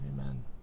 amen